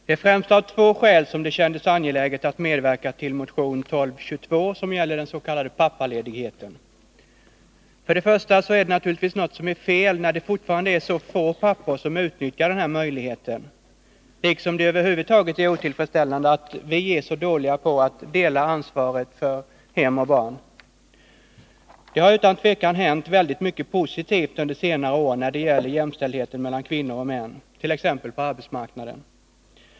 Herr talman! Det är främst av två skäl det kändes angeläget att medverka till motion 1222, som gäller den s.k. pappaledigheten. Först och främst är det naturligtvis något som är fel, när det fortfarande är så få pappor som utnyttjar den här möjligheten, liksom det över huvud taget är otillfredsställande att vi är så dåliga på att dela ansvaret för hem och barn. Det har utan tvivel hänt väldigt mycket positivt under senare år när det gäller jämställdheten mellan kvinnor och män, t.ex. på arbetsmarknaden.